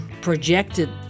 projected